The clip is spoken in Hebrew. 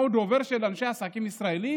מה, הוא דובר של אנשי עסקים ישראלים?